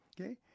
okay